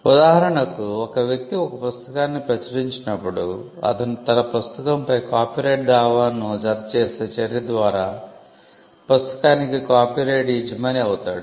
ఉదాహరణకు ఒక వ్యక్తి పుస్తకాన్ని ప్రచురించినప్పుడు అతను తన పుస్తకంపై కాపీరైట్ దావాను జతచేసే చర్య ద్వారా పుస్తకానికి కాపీరైట్ యజమాని అవుతాడు